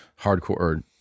hardcore